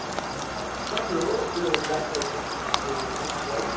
कति हो त्यो ब्ल्याक कलरको सुजको त्यो त्यसको प्राइस